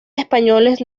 españoles